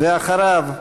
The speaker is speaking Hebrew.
ואחריו,